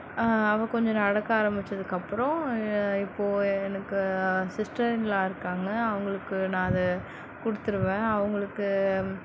அவள் கொஞ்சம் நடக்க ஆரம்மிச்சதுக்கு அப்பறம் இப்போது எனக்கு சிஸ்டர் இன் லா இருக்காங்க அவங்களுக்கு நான் அதை கொடுத்துருவன் அவங்களுக்கு